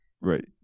right